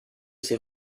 ses